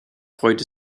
freut